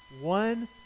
one